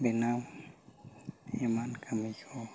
ᱵᱮᱱᱟᱣ ᱮᱢᱟᱱ ᱠᱟᱹᱢᱤ ᱠᱚ